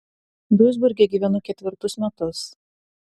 duisburge gyvenu ketvirtus metus